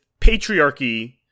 patriarchy